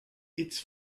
its